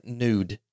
nude